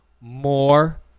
more